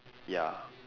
ya